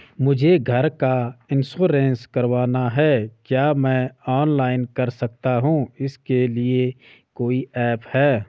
मुझे घर का इन्श्योरेंस करवाना है क्या मैं ऑनलाइन कर सकता हूँ इसके लिए कोई ऐप है?